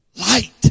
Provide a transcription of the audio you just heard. Light